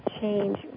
change